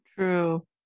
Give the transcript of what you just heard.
true